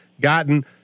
gotten